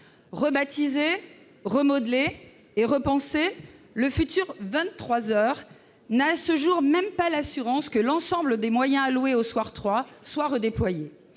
Rebaptisé, remodelé et repensé, le futur n'a, à ce jour, même pas l'assurance que l'ensemble des moyens alloués au soient redéployés.